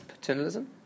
paternalism